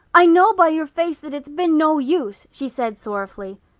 i know by your face that it's been no use, she said sorrowfully.